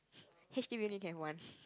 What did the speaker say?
h_d_b can only have one